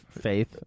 faith